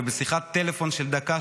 ובשיחת טלפון של דקה,